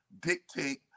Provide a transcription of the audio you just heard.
dictate